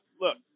look